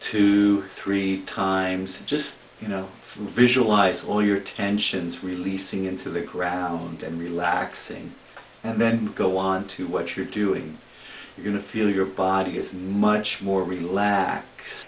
or three times just you know from visualize all your attentions releasing into the ground and relaxing and then go on to what you're doing you can feel your body is much more relaxed